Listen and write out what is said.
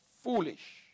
foolish